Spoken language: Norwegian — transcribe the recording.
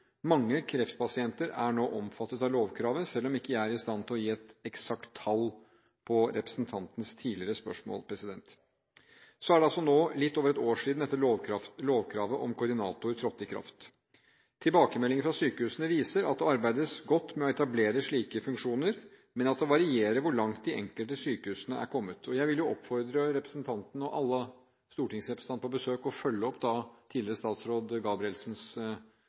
Mange kreftpasienter er nå omfattet av lovkravet, men jeg ikke er i stand til å gi et eksakt tall på representantens tidligere spørsmål. Det er nå litt over ett år siden lovkravet om koordinator trådte i kraft. Tilbakemeldinger fra sykehusene viser at det arbeides godt med å etablere slike funksjoner, men at det varierer hvor langt de enkelte sykehusene er kommet. Jeg vil oppfordre representanten – og alle andre stortingsrepresentanter som er ute på besøk – å følge opp tidligere statsråd Gabrielsens